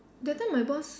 that time my boss